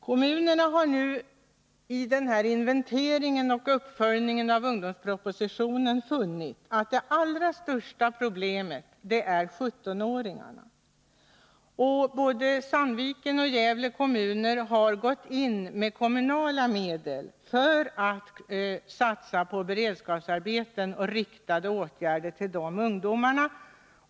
Kommunerna har nu i samband med uppföljningen av ungdomspropositionen funnit att det allra största problemet är 17-åringarna. Både Sandvikens och Gävle kommuner har gått in med kommunala medel för att satsa på beredskapsarbeten och till ungdomarna direkt riktade åtgärder.